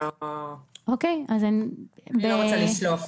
אני לא רוצה לשלוף.